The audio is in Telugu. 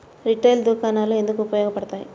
రిటైల్ దుకాణాలు ఎందుకు ఉపయోగ పడతాయి?